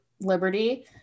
Liberty